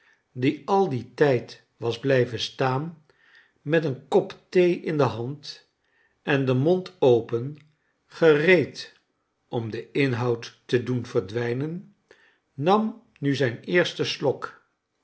die al dien tijd was blijven staan met een kop thee in de hand en den mond open gereed om den inhoud te doen verdwijnen nam nu zijn eersten slok